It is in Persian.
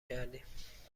کردیم